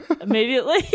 immediately